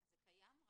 כן.